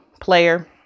player